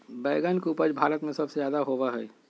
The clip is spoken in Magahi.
बैंगन के उपज भारत में सबसे ज्यादा होबा हई